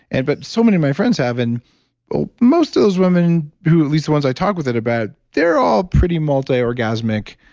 and but so many of my friends have and most of those women who at least the ones i talk with it about, they're all pretty multiorgasmic.